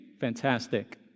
Fantastic